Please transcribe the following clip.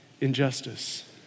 injustice